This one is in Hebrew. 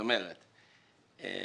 הרי